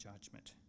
judgment